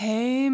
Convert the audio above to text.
Hey